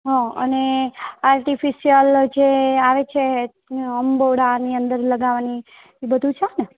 હં અને આર્ટિફિશ્યલ જે આવે છે એ અંબોડાની અંદર લગાવવાની એ બધું છે ને